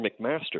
McMaster